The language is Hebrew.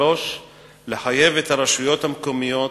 3. לחייב את הרשויות המקומיות,